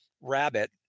rabbit